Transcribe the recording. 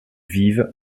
vivent